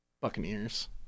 Buccaneers